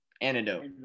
Antidote